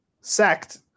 Sacked